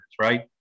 right